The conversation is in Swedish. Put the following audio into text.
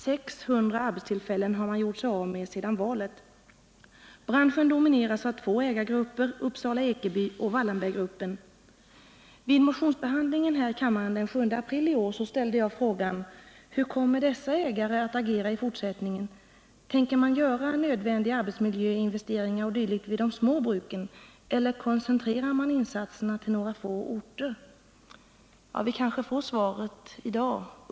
Sedan valet har man gjort sig av med 600 arbetstillfällen. Branschen domineras av två ägargrupper, Uppsala-Ekeby och Wallenberggruppen. Vid motionsbehandlingen här i kammaren den 7 april i år frågade jag: Hur kommer dessa ägare att agera i fortsättningen? Tänker man göra nödvändiga arbetsmiljöinvesteringar o. d. vid de små bruken, eller koncentrerar man insatserna till några få orter? Vi kanske får svaret i dag.